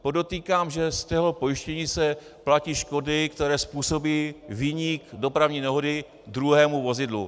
Podotýkám, že z pojištění se platí škody, které způsobí viník dopravní nehody druhému vozidlu.